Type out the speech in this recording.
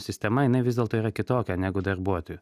sistema jinai vis dėlto yra kitokia negu darbuotojų